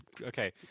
Okay